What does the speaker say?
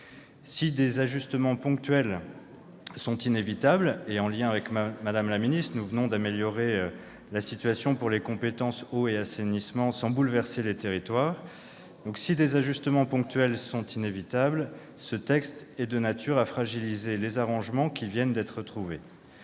Si des ajustements ponctuels sont inévitables- ainsi, de concert avec Mme la ministre, nous venons d'améliorer l'exercice des compétences eau et assainissement sans bouleverser les territoires -, ce texte est de nature à fragiliser les arrangements qui viennent d'être trouvés.